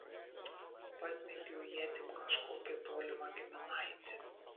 pasmeigiau ietim kažkokį tolimą giminaitį